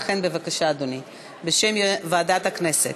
בבקשה, אדוני, בשם ועדת הכנסת.